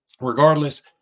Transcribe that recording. regardless